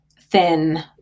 thin